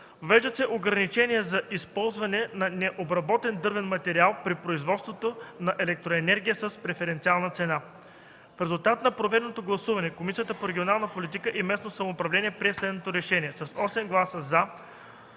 Въвеждат се ограничения за използване на необработен дървен материал при производството на електроенергия с преференциална цена. В резултат на проведеното гласуване Комисията по регионална политика и местно самоуправление прие следното решение: - с 8 гласа –